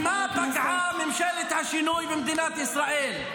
במה פגעה ממשלת השינוי במדינת ישראל?